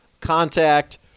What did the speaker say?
contact